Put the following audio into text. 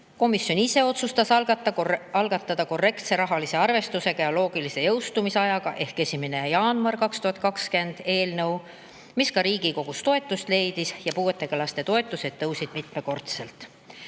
Komisjon ise otsustas algatada korrektse rahalise arvestusega ja loogilise jõustumise ajaga ehk 1. jaanuar 2020 eelnõu, mis Riigikogus ka toetust leidis, ja puuetega laste toetused tõusid mitmekordselt.